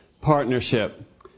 partnership